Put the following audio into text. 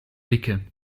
blicke